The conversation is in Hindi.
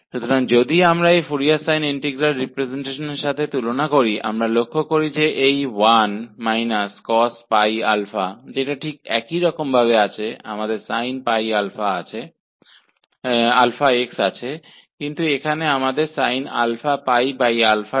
तो अगर हम इसकी फोरियर साइन इंटीग्रल रिप्रजेंटेशनके साथ तुलना करते हैं तो हम देखते हैं कि यह 1 cosयहाँ है यहाँ हमारे पास sinx है लेकिन यहां हमारे पास sind है